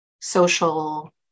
social